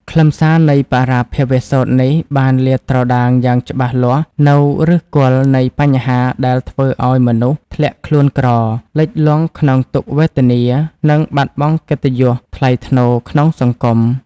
ខ្លឹមសារនៃបរាភវសូត្រនេះ បានលាតត្រដាងយ៉ាងច្បាស់លាស់នូវឫសគល់នៃបញ្ហាដែលធ្វើឱ្យមនុស្សធ្លាក់ខ្លួនក្រ លិចលង់ក្នុងទុក្ខវេទនា និងបាត់បង់កិត្តិយសថ្លៃថ្នូរក្នុងសង្គម។